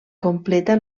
completa